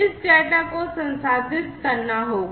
इस डेटा को संसाधित करना होगा